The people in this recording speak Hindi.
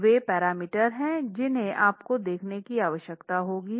तो वे पैरामीटर हैं जिन्हें आपको देखने की आवश्यकता होगी